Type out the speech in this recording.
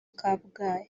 kabgayi